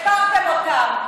הפקרתם אותם.